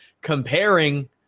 comparing